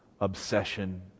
obsession